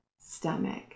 stomach